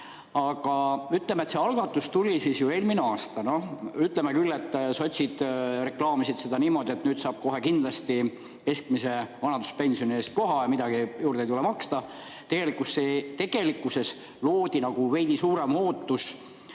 Aga see algatus tuli ju eelmine aasta. Ütleme küll, et sotsid reklaamisid seda niimoodi, et nüüd saab kohe kindlasti keskmise vanaduspensioni eest koha ja midagi juurde ei tule maksta. Loodi nagu veidi suurem ootus,